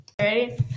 Ready